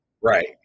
Right